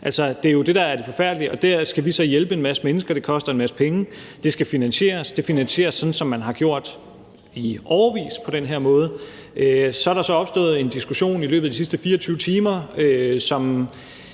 det, der er det forfærdelige. Og der skal vi så hjælpe en masse mennesker, og det koster en masse penge, og det skal finansieres sådan, som man har gjort i årevis, nemlig på den her måde. Så er der så opstået en diskussion i løbet af de sidste 24 timer, som